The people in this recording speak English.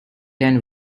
and